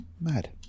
Mad